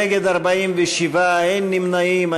נגד, 47, אין נמנעים.